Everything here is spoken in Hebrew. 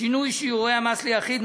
שינוי שיעורי המס ליחיד,